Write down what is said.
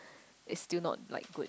it's still not like good